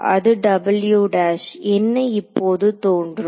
அது என்ன இப்போது தோன்றும்